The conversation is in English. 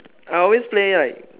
I always play like